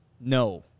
No